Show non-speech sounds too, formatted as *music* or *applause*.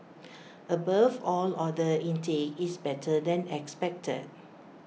*noise* above all order intake is better than expected